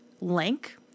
link